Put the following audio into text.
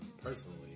personally